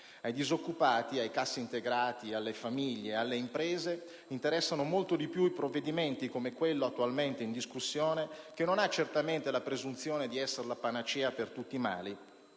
Ai disoccupati, ai cassintegrati, alle famiglie e alle imprese interessano molto di più provvedimenti come quello attualmente in discussione, che non ha certamente la presunzione di essere la panacea per tutti i mali,